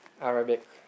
Arabic